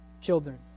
Children